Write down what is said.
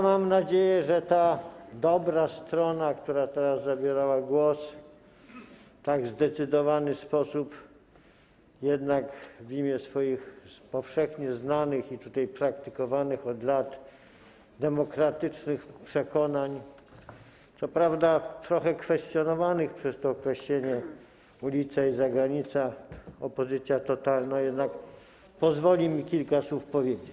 Mam nadzieję, że ta dobra strona, która teraz zabierała głos w tak zdecydowany sposób, w imię swoich powszechnie znanych i praktykowanych tutaj od lat demokratycznych przekonań - co prawda trochę kwestionowanych przez określenie ulica i zagranica, opozycja totalna - jednak pozwoli mi kilka słów powiedzieć.